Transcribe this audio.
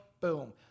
boom